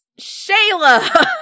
Shayla